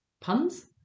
puns